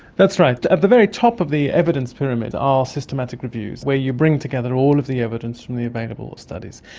that's right. at the very top of the evidence pyramid are systematic reviews where you bring together all of the evidence from the available studies.